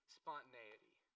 spontaneity